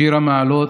"שיר למעלות.